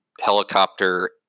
helicopter